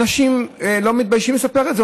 אנשים לא מתביישים לספר את זה.